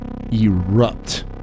erupt